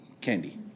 candy